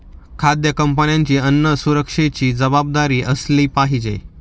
खाद्य कंपन्यांची अन्न सुरक्षेची जबाबदारी असली पाहिजे